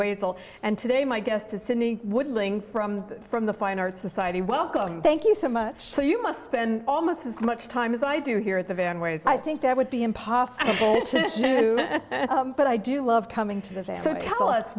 all and today my guest to sydney would link from from the fine art society welcome thank you so much so you must spend almost as much time as i do here at the van ways i think that would be impossible but i do love coming to